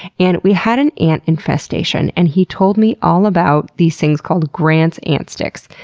and we had an ant infestation and he told me all about these things called grants ant sticks,